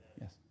yes